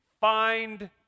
find